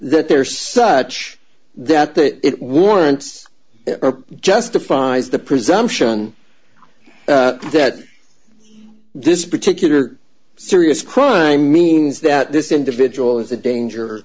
that there is such that that it warrants justifies the presumption that this particular serious crime means that this individual is a danger